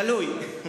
תלוי.